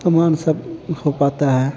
सामान सब हो पाता है